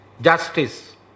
justice